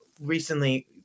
recently